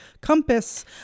compass